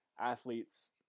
athletes